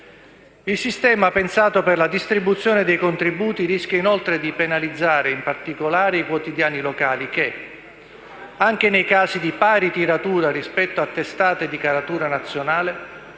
Il sistema, pensato per la distribuzione dei contributi, rischia inoltre di penalizzare in particolare i quotidiani locali che, anche nei casi di pari tiratura rispetto a testate di caratura nazionale,